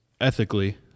ethically